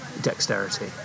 dexterity